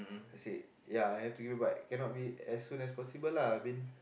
I said ya I have to give it back cannot be as soon as possible lah I mean